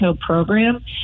program